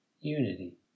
unity